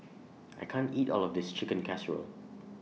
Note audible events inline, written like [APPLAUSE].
[NOISE] I can't eat All of This Chicken Casserole